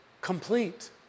complete